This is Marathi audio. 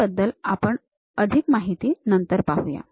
याबद्दल अधिक माहिती आपण नंतर पाहूया